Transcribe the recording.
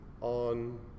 on